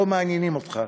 לא מעניינות אותך.